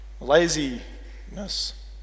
laziness